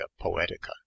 poetica